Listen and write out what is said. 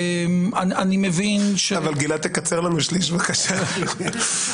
תקצר לנו שליש בבקשה.